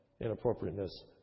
inappropriateness